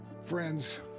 Friends